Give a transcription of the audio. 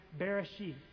Bereshit